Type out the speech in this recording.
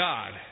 God